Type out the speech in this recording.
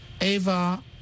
Ava